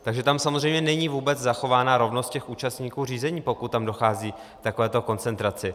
Takže tam samozřejmě není vůbec zachována rovnost účastníků řízení, pokud tam dochází k takovéto koncentraci.